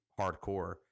hardcore